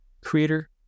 creator